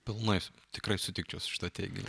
pilnai tikrai sutikčiau šituo teiginiu